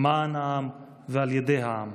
למען העם ועל ידי העם.